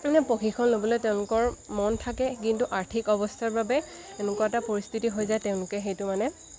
মানে প্ৰশিক্ষণ ল'বলৈ তেওঁলোকৰ মন থাকে কিন্তু আৰ্থিক অৱস্থাৰ বাবে এনেকুৱা এটা পৰিস্থিতি হৈ যায় তেওঁলোকে সেইটো মানে